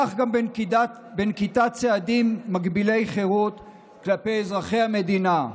כך גם בנקיטת צעדים מגבילי חירות כלפי אזרחי המדינה.